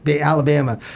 Alabama